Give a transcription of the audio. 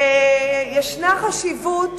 ויש חשיבות